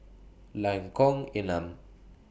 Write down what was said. Lengkong Enam